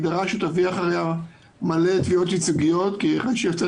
שתביא אחריה הרבה תביעות ייצוגיות כי אחרי שיוצאת